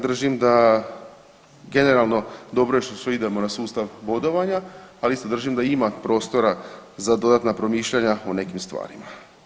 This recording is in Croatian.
Držim da generalno dobro je što idemo na sustav bodovanja, ali isto držim da ima prostora za dodatna promišljanja o nekim stvarima.